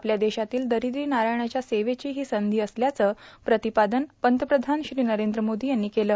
आपल्या देशातील दरिद्री नारायणाच्या सेवेची ही संधी असल्याचं प्रतिपादन पंतप्रधान श्री नरेंद्र मोदी यांनी केलं